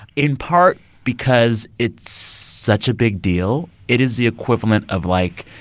in part because it's such a big deal. it is the equivalent of, like,